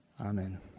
Amen